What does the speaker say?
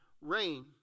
rain